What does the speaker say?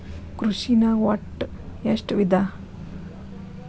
ಕೃಷಿನಾಗ್ ಒಟ್ಟ ಎಷ್ಟ ವಿಧ?